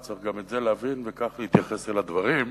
וצריך גם את זה להבין וכך להתייחס לדברים.